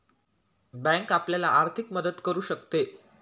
bank आपल्याला आर्थिक मदत करू शकते